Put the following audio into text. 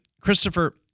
Christopher